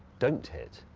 don't hit?